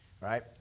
Right